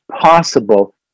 possible